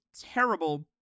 terrible